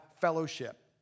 fellowship